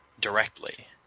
directly